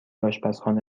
آشپزخانه